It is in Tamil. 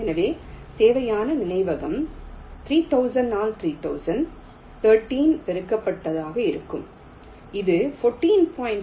எனவே தேவையான நினைவகம் 3000 ஆல் 3000 13 பெருக்கப்பட்டதாக இருக்கும் இது 14